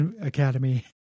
Academy